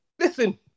Listen